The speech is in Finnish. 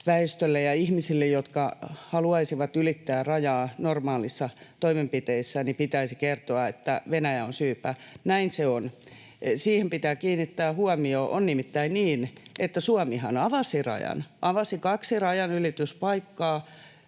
venäläisväestölle ja ihmisille, jotka haluaisivat ylittää rajaa normaaleissa toimenpiteissä, pitäisi kertoa, että Venäjä on syypää, niin näin se on. Siihen pitää kiinnittää huomio. On nimittäin niin, että Suomihan avasi rajan, avasi kaksi rajanylityspaikkaa,